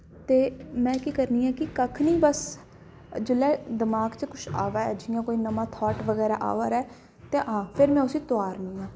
ते में केह् करनी आं कि कक्ख निं बस जिसलै दमाग च कुछ आ'वै जि'यां कोई नमां थॉट बगैरा अ'वा दा ऐ ते हां फिर में उस्सी तोआरनियां